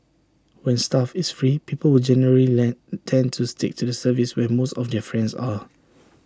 when stuff is free people will generally lend tend to stick to the service where most of their friends are